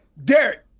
Derek